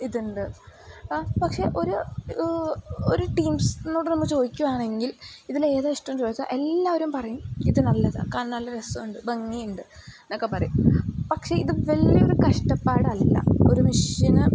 ഇതുണ്ട് പ പക്ഷെ ഒരു ഒരു ടീംസിനോടു നമ്മൾ ചോദിക്കുകയാണെങ്കിൽ ഇതിലേതാണ് ഇഷ്ടമെന്നു ചോദിച്ചാൽ എല്ലാവരും പറയും ഇതു നല്ലതാണ് കാണാൻ നല്ല രസമുണ്ട് ഭംഗിയുണ്ട് എന്നൊക്കെ പറയും പക്ഷെ ഇതു വലിയൊരു കഷ്ടപ്പാടല്ല ഒരു മഷീൻ